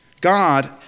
God